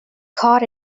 caught